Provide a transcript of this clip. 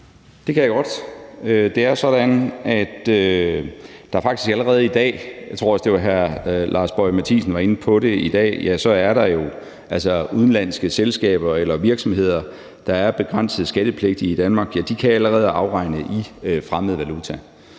Det kan jeg godt. Det er sådan, at der faktisk allerede i dag – jeg tror også, hr. Lars Boje Mathiesen var inde på det i dag – er udenlandske selskaber eller virksomheder, der er begrænset skattepligtige i Danmark, som allerede kan afregne i fremmed valuta.